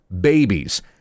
babies